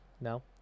no